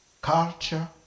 culture